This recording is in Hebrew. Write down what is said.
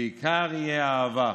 שעיקר יהיה אהבה,